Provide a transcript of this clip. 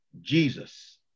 Jesus